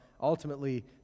ultimately